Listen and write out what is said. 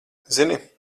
zini